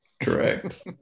Correct